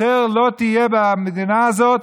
יותר לא תהיה במדינה הזאת